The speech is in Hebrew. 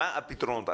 מה הפתרונות.